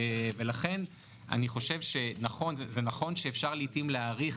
לכן אני חושב שנכון שאפשר לעתים להאריך